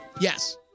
Yes